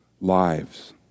lives